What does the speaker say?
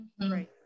Right